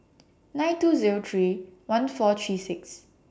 nine two Zero three one four three six